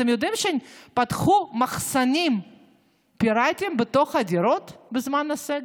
אתם יודעים שפתחו מחסנים פיראטיים בתוך הדירות בזמן הסגר?